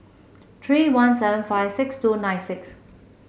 three one seven five six two nine six